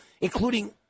including